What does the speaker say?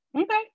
okay